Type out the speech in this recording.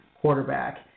quarterback